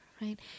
right